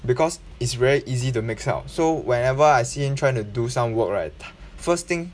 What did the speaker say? because it's very easy to mix up so whenever I see him trying to do some work right first thing